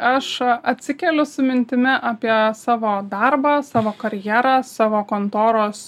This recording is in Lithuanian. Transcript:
aš atsikeliu su mintimi apie savo darbą savo karjerą savo kontoros